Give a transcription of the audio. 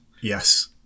Yes